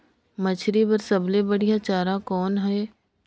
मछरी बर सबले बढ़िया चारा कौन हे?